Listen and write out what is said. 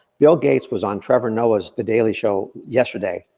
bill gates was on trevor noah, the daily show yesterday.